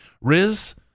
Riz